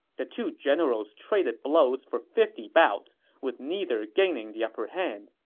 the two generals traded blows for fifty bouts, with neither gaining the upper hand.